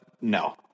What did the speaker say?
no